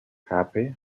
happy